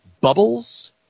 bubbles